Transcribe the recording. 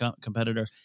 competitor